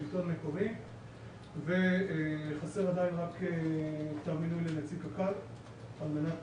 השלטון המקומי וחסר עדיין רק כתב מינוי לנציג קק"ל על מנת